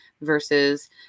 Versus